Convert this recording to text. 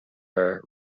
are